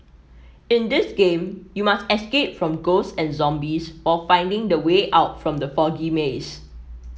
in this game you must escape from ghosts and zombies while finding the way out from the foggy maze